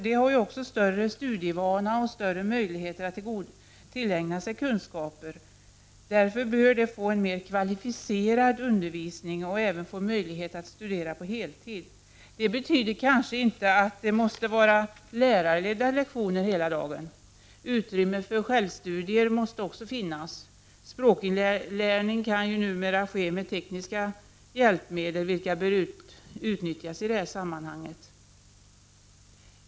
De har också större studievana och större möjligheter att tillägna sig kunskaper. De bör därför få en mer kvalificerad undervisning och även få möjlighet att studera på heltid. Det måste kanske inte vara fråga om lärarledda lektioner under hela dagen. Utrymme för självstudier måste också finnas. Språkinlärning kan ju numera ske med tekniska hjälpmedel, vilka bör utnyttjas i det här sammanhanget.